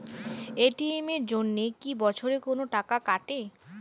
ATM এর জন্যে কি বছরে কোনো টাকা কাটে?